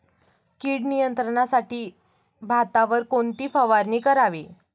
कीड नियंत्रणासाठी भातावर कोणती फवारणी करावी?